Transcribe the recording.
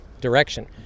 direction